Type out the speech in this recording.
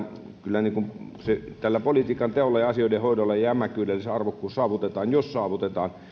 kyllä politiikan teolla ja asioiden hoidolla ja jämäkkyydellä se arvokkuus saavutetaan jos saavutetaan